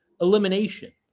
elimination